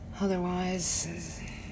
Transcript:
Otherwise